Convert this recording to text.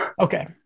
Okay